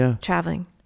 traveling